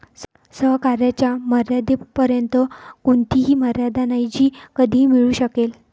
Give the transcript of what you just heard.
सहकार्याच्या मर्यादेपर्यंत कोणतीही मर्यादा नाही जी कधीही मिळू शकेल